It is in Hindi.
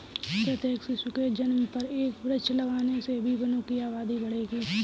प्रत्येक शिशु के जन्म पर एक वृक्ष लगाने से भी वनों की आबादी बढ़ेगी